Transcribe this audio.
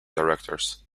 directors